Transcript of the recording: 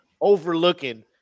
overlooking